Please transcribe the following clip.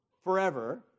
forever